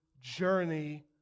journey